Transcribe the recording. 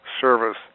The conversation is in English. service